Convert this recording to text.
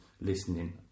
listening